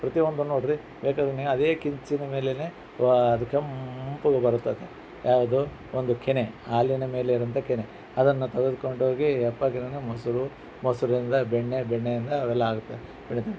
ಪ್ರತಿಯೊಂದು ನೋಡಿರಿ ಬೇಕಾದರೆ ನೀವು ಅದೇ ಕಿಚ್ಚಿನ ಮೇಲೆ ವ್ವಾ ಅದು ಕೆಂಪಗೆ ಬರುತ್ತದೆ ಯಾವುದು ಒಂದು ಕೆನೆ ಹಾಲಿನ ಮೇಲಿರುವಂಥ ಕೆನೆ ಅದನ್ನು ತೆಗೆದ್ಕೊಂಡೋಗಿ ಹೆಪ್ಪಾಗಿ ಮೊಸರು ಮೊಸರಿಂದ ಬೆಣ್ಣೆ ಬೆಣ್ಣೆಯಿಂದ ಅವೆಲ್ಲ ಆಗುತ್ತೆ